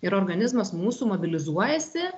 ir organizmas mūsų mobilizuojasi